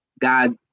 God